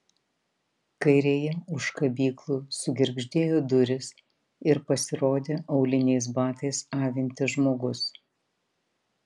kairėje už kabyklų sugirgždėjo durys ir pasirodė auliniais batais avintis žmogus